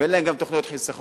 ואין להם גם תוכניות חיסכון